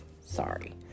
Sorry